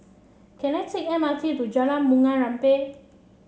can I take M R T to Jalan Bunga Rampai